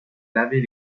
laver